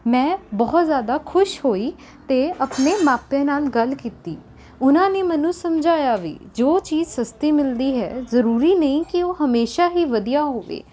ਮੈਂ ਬਹੁਤ ਜ਼ਿਆਦਾ ਖੁਸ਼ ਹੋਈ ਅਤੇ ਆਪਣੇ ਮਾਪਿਆਂ ਨਾਲ ਗੱਲ ਕੀਤੀ ਉਹਨਾਂ ਨੇ ਮੈਨੂੰ ਸਮਝਾਇਆ ਵੀ ਜੋ ਚੀਜ਼ ਸਸਤੀ ਮਿਲਦੀ ਹੈ ਜ਼ਰੂਰੀ ਨਹੀਂ ਕਿ ਉਹ ਹਮੇਸ਼ਾ ਹੀ ਵਧੀਆ ਹੋਵੇ